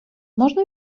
можна